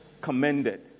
commended